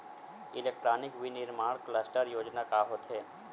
Electronic विनीर्माण cluster योजना का होथे?